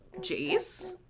Jace